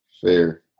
Fair